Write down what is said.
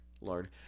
lord